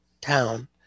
town